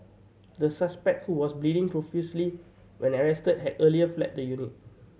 the suspect who was bleeding profusely when arrested had earlier fled the unit